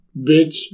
bitch